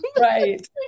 right